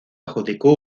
adjudicó